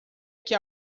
que